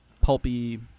pulpy